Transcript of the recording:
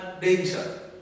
danger